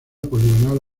poligonal